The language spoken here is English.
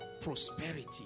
Prosperity